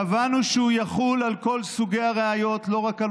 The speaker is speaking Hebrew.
קבענו שהוא יחול על כל סוגי הראיות ולא רק על